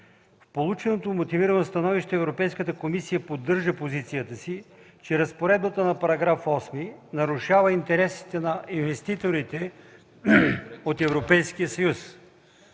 полученото мотивирано становище Европейската комисия поддържа позицията си, че разпоредбата на § 8 нарушава интересите на инвеститорите от Европейския съюз.